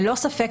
ללא ספק,